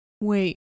Wait